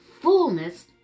fullness